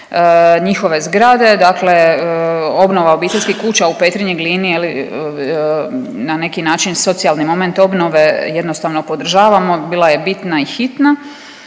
njihove zgrade, dakle obnova obiteljskih kuća u Petrinji, Glini, je li, na neki način socijalni moment obnove jednostavno podržavamo, bila je bitna i hitna,